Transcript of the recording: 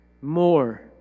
more